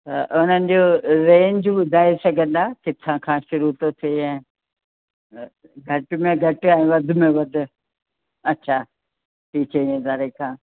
त उन्हनि जो रेंज ॿुधाए सघंदा किथां खां शुरू थो थिए ऐं घटि में घटि ऐं वधि में वधि अच्छा टी चई हज़ारे खां